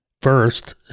first